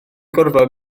gorfod